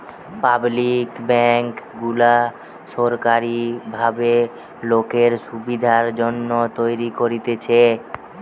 public bank গুলা সোরকারী ভাবে লোকের সুবিধার জন্যে তৈরী করতেছে